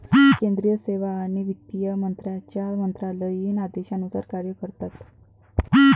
केंद्रीय सेवा आणि वित्त मंत्र्यांच्या मंत्रालयीन आदेशानुसार कार्य करतात